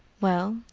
well,